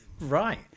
Right